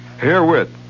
herewith